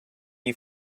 you